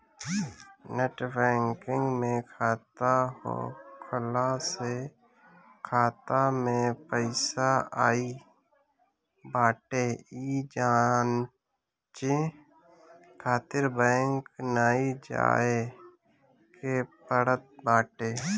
net banking में खाता होखला से खाता में पईसा आई बाटे इ जांचे खातिर बैंक नाइ जाए के पड़त बाटे